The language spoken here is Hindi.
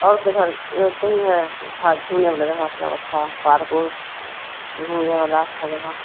और किधर कहीं है अच्छा घूमने वाला जगह सब अच्छा है पार्क ओर्क घूमने वाला अच्छा जगह